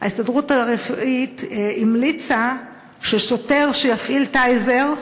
ההסתדרות הרפואית המליצה ששוטר שיפעיל "טייזר"